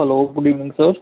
hello good evening sir